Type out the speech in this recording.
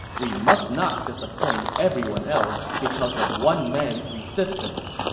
we must not disappoint everyone else because of one man's resistance.